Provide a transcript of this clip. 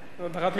זה הדרת משקפיים.